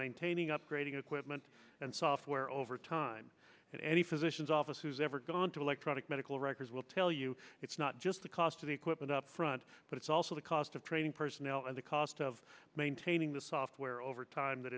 maintaining upgrading equipment and software over time and any physician's office who's ever gone to electronic medical records will tell you it's not just the cost of the equipment up front but it's also the cost of training personnel and the cost of maintaining the software over time that